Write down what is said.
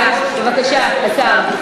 בבקשה, השר.